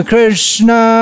Krishna